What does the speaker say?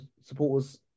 supporters